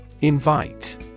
Invite